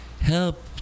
help